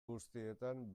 guztietan